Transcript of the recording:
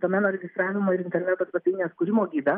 domeno registravimo ir interneto svetainės kūrimo yda